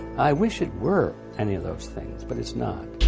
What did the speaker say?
i wish it were any of those things, but it's not.